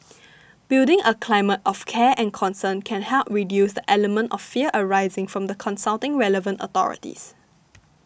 building a climate of care and concern can help reduce the element of fear arising from the consulting relevant authorities